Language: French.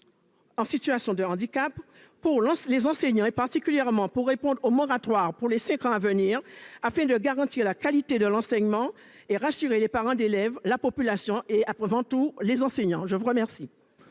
en situation de handicap, et plus particulièrement pour répondre au moratoire sur les cinq ans à venir afin de garantir la qualité de l'enseignement et rassurer les parents d'élèves, la population et avant tout les enseignants ? La parole